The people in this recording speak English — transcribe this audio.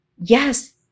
yes